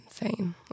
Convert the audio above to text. insane